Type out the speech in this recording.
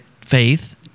faith